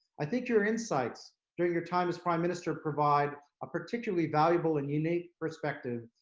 i think your insights during your time as prime minister provide a particularly valuable and unique perspective,